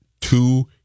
two